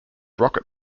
rocket